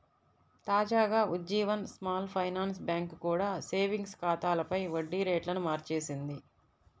తాజాగా Ujjivan small finance bank కూడా savings ఖాతాలపై వడ్డీ రేట్లను మార్చేసింది